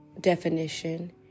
definition